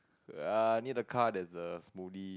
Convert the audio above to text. ah near the car there's the smoothie